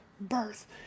birth